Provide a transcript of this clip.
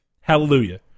Hallelujah